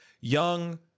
young